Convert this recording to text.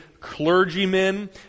clergymen